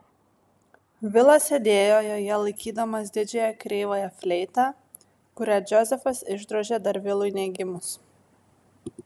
vilas sėdėjo joje laikydamas didžiąją kreivąją fleitą kurią džozefas išdrožė dar vilui negimus